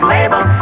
Label